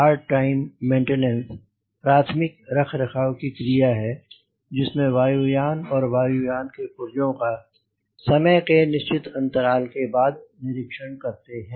hard time maintenance प्राथमिक रखरखाव की क्रिया है जिसमें वायु यान और वायु यान के पुर्जों का समय के निश्चित अंतराल के बाद निरीक्षण करते हैं